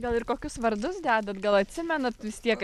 gal ir kokius vardus dedat gal atsimenat vis tiek